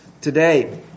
today